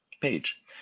page